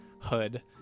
hood